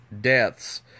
deaths